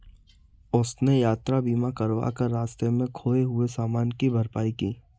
उसने यात्रा बीमा करवा कर रास्ते में खोए हुए सामान की भरपाई की